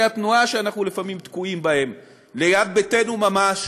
התנועה שאנחנו לפעמים תקועים בהם ליד ביתנו ממש